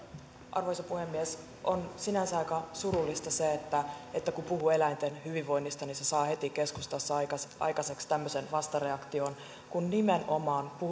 arvoisa puhemies on sinänsä aika surullista se että että kun puhuu eläinten hyvinvoinnista niin se saa heti keskustassa aikaiseksi aikaiseksi tämmöisen vastareaktion kun nimenomaan